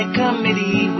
committee